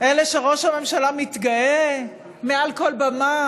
אלה שראש הממשלה מתגאה מעל כל במה: